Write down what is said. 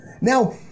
Now